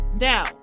now